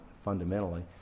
fundamentally